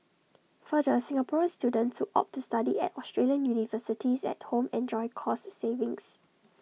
further Singaporean students opt to study at Australian universities at home enjoy cost savings